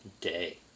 day